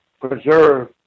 preserve